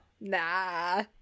Nah